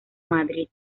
madrid